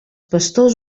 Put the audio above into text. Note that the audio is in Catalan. pastors